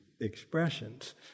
expressions